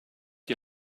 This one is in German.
die